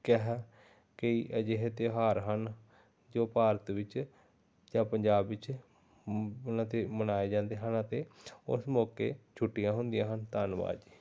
ਕਹਿ ਕਈ ਅਜਿਹੇ ਤਿਉਹਾਰ ਹਨ ਜੋ ਭਾਰਤ ਵਿੱਚ ਜਾਂ ਪੰਜਾਬ ਵਿੱਚ ਮਨਾਏ ਜਾਂਦੇ ਹਨ ਅਤੇ ਉਸ ਮੌਕੇ ਛੁੱਟੀਆਂ ਹੁੰਦੀਆਂ ਹਨ ਧੰਨਵਾਦ ਜੀ